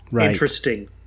Interesting